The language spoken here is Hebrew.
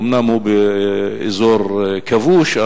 אומנם הוא באזור כבוש,